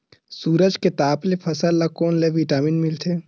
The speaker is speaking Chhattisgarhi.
सूरज के ताप ले फसल ल कोन ले विटामिन मिल थे?